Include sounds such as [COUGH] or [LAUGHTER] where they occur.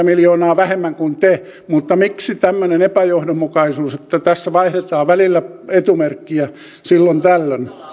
[UNINTELLIGIBLE] miljoonaa vähemmän kuin te esititte mutta miksi tämmöinen epäjohdonmukaisuus että tässä vaihdetaan etumerkkiä silloin tällöin